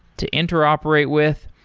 to interoperate with.